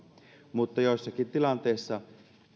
mutta joissakin tilanteissa